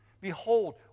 Behold